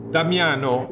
Damiano